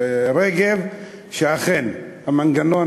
אדוני היושב-ראש,